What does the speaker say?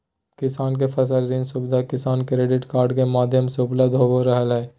किसान के फसल ऋण सुविधा किसान क्रेडिट कार्ड के माध्यम से उपलब्ध हो रहल हई